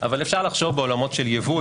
אבל אפשר לחשוב בעולמות של ייבוא,